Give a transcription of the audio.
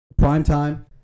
Primetime